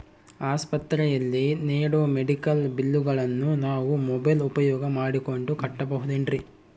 ಆಸ್ಪತ್ರೆಯಲ್ಲಿ ನೇಡೋ ಮೆಡಿಕಲ್ ಬಿಲ್ಲುಗಳನ್ನು ನಾವು ಮೋಬ್ಯೆಲ್ ಉಪಯೋಗ ಮಾಡಿಕೊಂಡು ಕಟ್ಟಬಹುದೇನ್ರಿ?